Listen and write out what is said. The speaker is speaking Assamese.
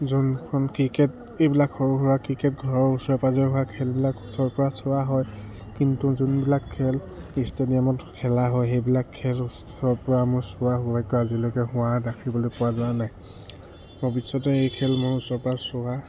যোনখন ক্ৰিকেট এইবিলাক সৰু সুৰা ক্ৰিকেট ঘৰৰ ওচৰে পাঁজৰে হোৱা খেলবিলাক ওচৰৰ পৰা চোৱা হয় কিন্তু যোনবিলাক খেল ষ্টেডিয়ামত খেলা হয় সেইবিলাক খেল ওচৰৰ পৰা মোৰ চোৱা হোৱাকৈ আজিলৈকে হোৱা দেখিবলৈ পোৱা যোৱা নাই ভৱিষ্যতে এই খেল মোৰ ওচৰৰ পৰা চোৱা